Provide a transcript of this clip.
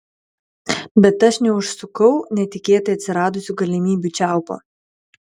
bet aš neužsukau netikėtai atsiradusių galimybių čiaupo